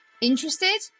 Interested